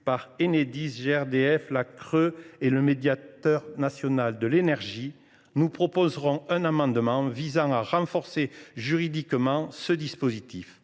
par Enedis, GRDF, la CRE et le médiateur national de l’énergie. Nous proposerons un amendement visant à renforcer juridiquement le dispositif.